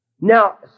Now